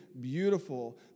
beautiful